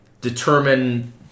determine